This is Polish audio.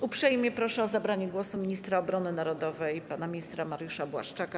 Uprzejmie proszę o zabranie głosu ministra obrony narodowej pana ministra Mariusza Błaszczaka.